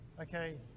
Okay